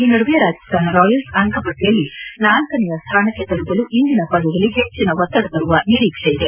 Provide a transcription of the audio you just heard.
ಈ ನಡುವೆ ರಾಜಸ್ಥಾನ ರಾಯಲ್ಸ್ ಅಂಕ ಪಟ್ಟಿಯಲ್ಲಿ ನಾಲ್ಕನೆಯ ಸ್ಥಾನಕ್ಕೆ ತಲುಪಲು ಇಂದಿನ ಪಂದ್ಯದಲ್ಲಿ ಹೆಚ್ಚಿನ ಒತ್ತಡ ತರುವ ನಿರೀಕ್ಷೆಯಿದೆ